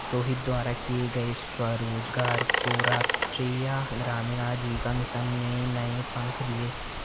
रोहित द्वारा किए गए स्वरोजगार को राष्ट्रीय ग्रामीण आजीविका मिशन ने नए पंख दिए